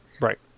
Right